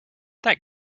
that